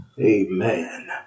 amen